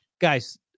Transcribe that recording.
guys